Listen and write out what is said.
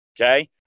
Okay